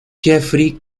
jeffrey